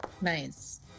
Nice